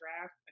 draft